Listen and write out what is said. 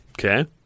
Okay